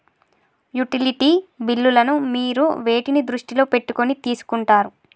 Utility బిల్లులను మీరు వేటిని దృష్టిలో పెట్టుకొని తీసుకుంటారు?